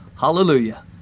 Hallelujah